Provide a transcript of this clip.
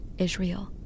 Israel